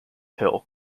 hill